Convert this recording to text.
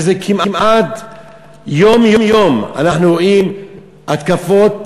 שכמעט יום-יום אנחנו רואים התקפות